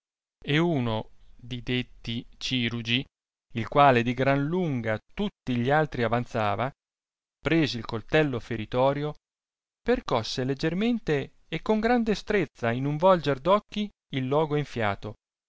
e uno di detti cirugi il quale di gran lunga tutti gli altri avanzava preso il coltello feritorio percosse leggermente e con gran destrezza in un volger d'occhi il loco enfiato